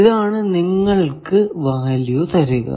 ഇതാണ് നിങ്ങൾക്കു വാല്യൂ തരിക